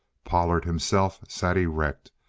pollard himself sat erect,